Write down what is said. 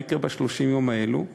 מה יקרה ב-30 יום האלה?